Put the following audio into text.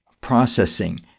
processing